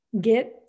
get